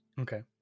Okay